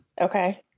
Okay